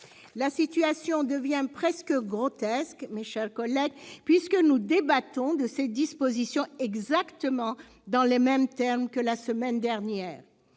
La situation devient presque grotesque, mes chers collègues, puisque nous débattons de cette disposition exactement dans les mêmes termes que la semaine dernière.